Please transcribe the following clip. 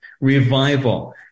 revival